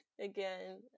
again